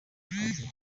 akazi